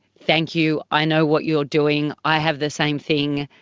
thank you, i know what you're doing, i have the same thing,